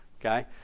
Okay